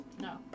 No